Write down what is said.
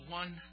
one